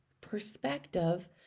perspective